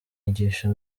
yigisha